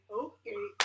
okay